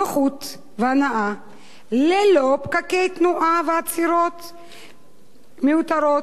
נוחות והנאה ללא פקקי תנועה ועצירות מיותרות.